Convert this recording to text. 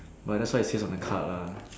but that's what it says on the card lah